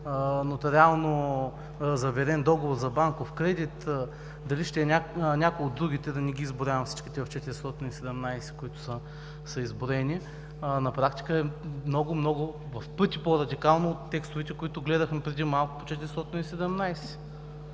нотариално заверен договор за банков кредит, дали ще е някой от другите, да не ги изброявам всичките от чл. 417, които са с изброени, на практика много, много пъти, в пъти по-радикално от текстовете, които гледахме преди малко в чл.